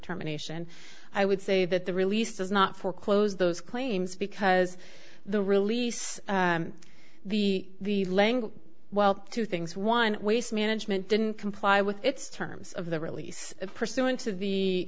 terminations i would say that the release does not foreclose those claims because the release of the language well two things one waste management didn't comply with its terms of the release of pursuing t